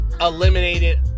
eliminated